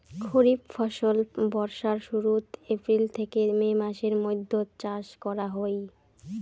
খরিফ ফসল বর্ষার শুরুত, এপ্রিল থেকে মে মাসের মৈধ্যত চাষ করা হই